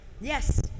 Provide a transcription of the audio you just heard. Yes